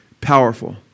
powerful